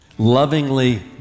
lovingly